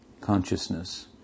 consciousness